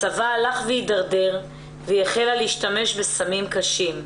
מצבה הלך והתדרדר והיא החלה להשתמש בסמים קשים.